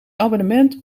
abonnement